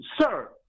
Sir